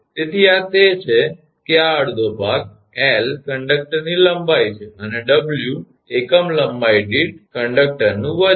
તેથી આ તે છે કે આ અડધો ભાગ 𝑙 કંડકટરની લંબાઈ છે અને 𝑊 એકમ લંબાઈ દીઠ કંડકટરનું વજન છે